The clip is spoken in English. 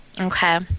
Okay